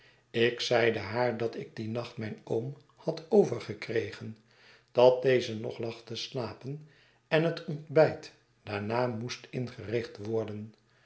ik zeide haar dat ik dien nacht mijn oom had overgekregen dat deze nog lag te slapen en het ontbijt daarnaar moest ingericht worden